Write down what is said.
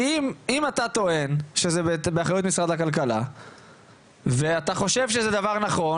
כי אם אתה טוען שזה באחריות משרד הכלכלה ואתה חושב שזה דבר נכון,